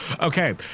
Okay